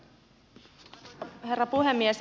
arvoisa herra puhemies